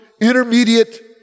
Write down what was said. intermediate